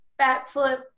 backflip